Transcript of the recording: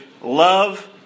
love